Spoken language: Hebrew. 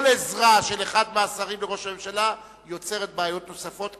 כל עזרה של אחד מהשרים לראש הממשלה יוצרת בעיות נוספות,